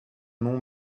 nombre